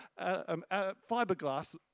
fiberglass